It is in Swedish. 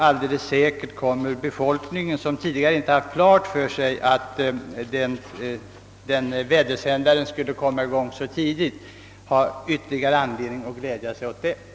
Alldeles säkert kommer befolkningen, som inte tidigare haft klart för sig att Väddö-sändaren skulle komma i gång så snart, att ha anledning att glädja sig än mer åt detta.